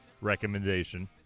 recommendation